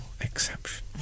exception